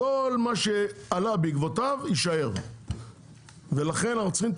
כל מה שעלה בעקבותיו יישאר ולכן אנחנו צריכים את